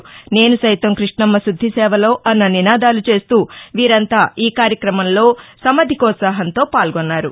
నేసు సైతం కృష్ణమ్మ శుద్ధి సేవలో అన్న నినాదాలు చేస్తూ వీరంతా ఈ కార్యక్రమంలో సమధికోత్సాహంతో పాల్గొన్నారు